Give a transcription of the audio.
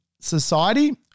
society